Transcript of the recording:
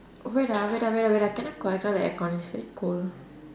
wait ah wait ah wait ah wait ah can I control the aircon it's very cold